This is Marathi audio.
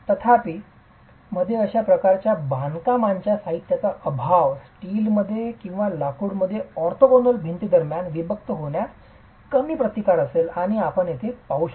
तथापि मध्ये अशा प्रकारच्या बांधकामाच्या साहित्याचा अभाव स्टीलमध्ये किंवा लाकूडांमध्ये ऑर्थोगोनल भिंती दरम्यान विभक्त होण्यास कमी प्रतिकार असेल आणि आपण येथे पाहू शकता